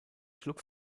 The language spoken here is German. schlug